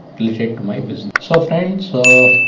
please check my business so friends, so